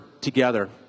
together